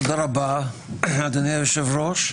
תודה רבה, אדוני היושב-ראש.